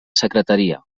secretaria